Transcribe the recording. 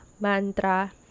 mantra